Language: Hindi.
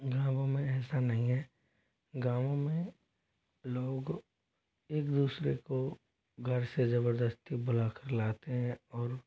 गाँवों में ऐसा नहीं है गाँवों में लोग एक दूसरे को घर से जबरदस्ती बुलाकर लाते हैं और